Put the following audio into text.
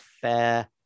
fair